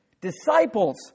disciples